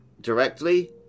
directly